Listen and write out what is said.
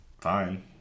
fine